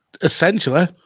essentially